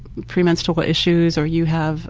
premenstrual but issues or you have